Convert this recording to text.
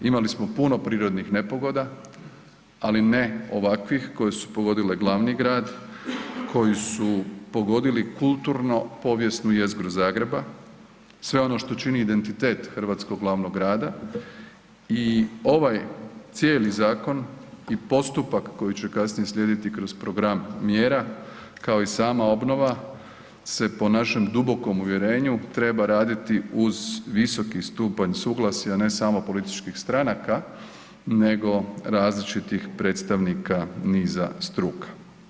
Imali smo puno prirodnih nepogoda, ali ne ovakvih koje su pogodile glavni grad, koji su pogodili kulturno-povijesnu jezgru Zagreba, sve ono što čini identitet hrvatskog glavnog grada i ovaj cijeli zakon i postupak koji će kasnije slijediti kroz program mjera kao i sama obnova se po našem dubokom uvjerenju treba raditi uz visoki stupanj suglasja, ne samo političkih stranaka nego različitih predstavnika niza struka.